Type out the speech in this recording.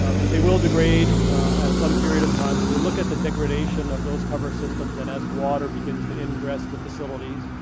but they will degrade at some period of time. so we look at the degradation of those cover systems, and as water begins to engraft in the facilities,